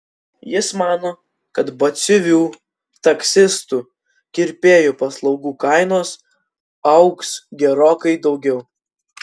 jis mano kad batsiuvių taksistų kirpėjų paslaugų kainos augs gerokai daugiau